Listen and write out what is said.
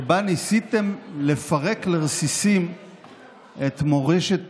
שבו ניסיתם לפרק לרסיסים את מורשת